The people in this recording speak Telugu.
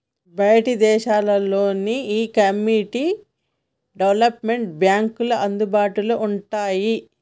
బయటి దేశాల్లో నీ ఈ కమ్యూనిటీ డెవలప్మెంట్ బాంక్లు అందుబాటులో వుంటాయి